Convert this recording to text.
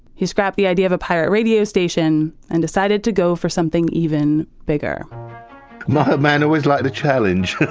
he scrapped the idea of a pirate radio station and decided to go for something even bigger my old man always liked the challenge.